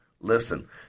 listen